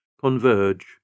converge